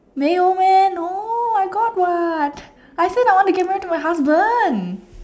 没有 meh no I got [what] I said I want to get married to my husband